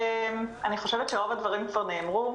רוב הדברים כבר נאמרו.